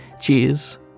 Cheers